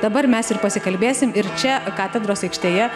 dabar mes ir pasikalbėsim ir čia katedros aikštėje